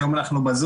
היום אנחנו בזום,